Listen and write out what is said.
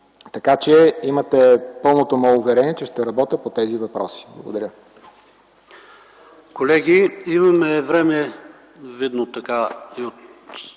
Така, че имате пълното ми уверение, че ще работя по тези въпроси. Благодаря.